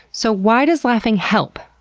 so, why does laughing help?